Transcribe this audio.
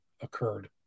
occurred